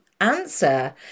answer